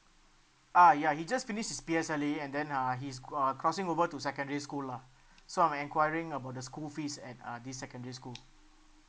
uh ya he just finished his P_S_L_A and then uh he's uh crossing over to secondary school lah so I'm enquiring about the school fees at uh this secondary school